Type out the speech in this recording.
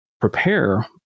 prepare